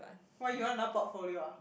!wah! you want another portfolio ah